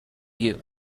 you